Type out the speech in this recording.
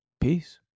Peace